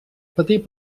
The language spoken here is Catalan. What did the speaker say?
patir